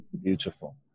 Beautiful